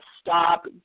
stop